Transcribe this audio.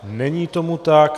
Není tomu tak.